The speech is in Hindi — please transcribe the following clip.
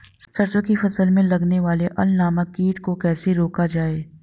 सरसों की फसल में लगने वाले अल नामक कीट को कैसे रोका जाए?